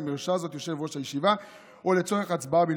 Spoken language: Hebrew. אם הרשה זאת יושב-ראש הישיבה ולצורך הצבעה בלבד".